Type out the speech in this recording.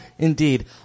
Indeed